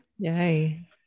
yay